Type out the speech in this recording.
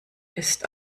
ist